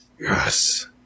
Yes